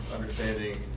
understanding